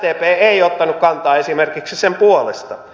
sdp ei ottanut kantaa esimerkiksi sen puolesta